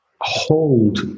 hold